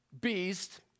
beast